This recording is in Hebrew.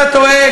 אתה טועה.